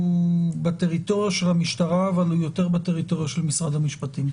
הוא בטריטוריה של המשטרה אבל הוא יותר בטריטוריה של משרד המשפטים.